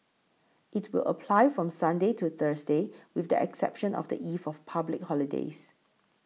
it will apply from Sunday to Thursday with the exception of the eve of public holidays